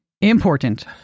important